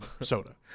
soda